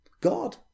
God